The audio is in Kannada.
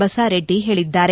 ಬಸಾರೆಡ್ಡಿ ಹೇಳಿದ್ದಾರೆ